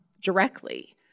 directly